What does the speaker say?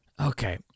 Okay